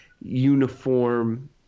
uniform